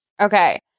Okay